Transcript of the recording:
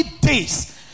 days